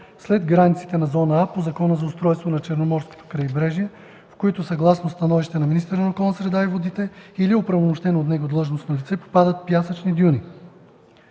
след границите на зона „А” по Закона за устройството на Черноморското крайбрежие, в които, съгласно становище на министъра на околната среда и водите или оправомощено от него длъжностно лице, попадат пясъчни дюни.”